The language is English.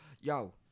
yo